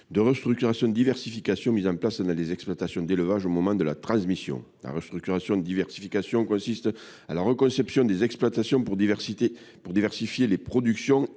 de restructuration diversification dans les exploitations d’élevage, au moment de la transmission. La restructuration diversification consiste en la reconception des exploitations pour diversifier les productions